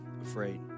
afraid